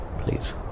please